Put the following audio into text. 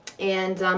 and, um,